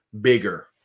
bigger